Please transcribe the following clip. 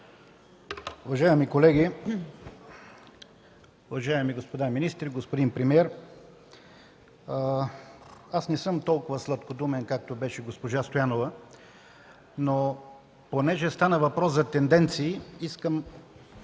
Уважаеми колеги, уважаеми господа министри, господин премиер! Аз не съм толкова сладкодумен, както беше госпожа Стоянова, но понеже стана въпрос за тенденции, искам,